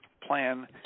plan